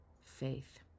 faith